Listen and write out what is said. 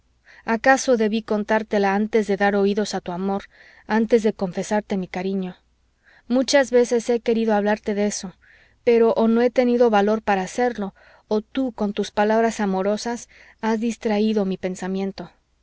acaso debí contártela antes de dar oídos a tu amor antes de confesarte mi cariño muchas veces he querido hablarte de eso pero o no he tenido valor para hacerlo o tú con tus palabras amorosas has distraído mi pensamiento